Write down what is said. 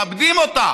מאבדים אותה.